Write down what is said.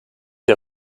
der